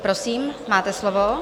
Prosím, máte slovo.